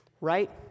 right